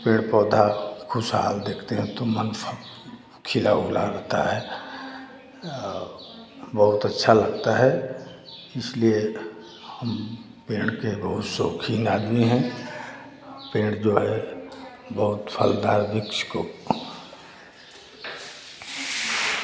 पेड़ पौधा खुशहाल देखते हैं तो मन शान्त खिला उला रहता है तब बहुत अच्छा लगता है इसलिए हम पेड़ के बहुत शौक़ीन आदमी हैं पेड़ जो है बहुत फलदायक वृक्ष को